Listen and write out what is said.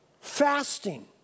fasting